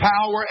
power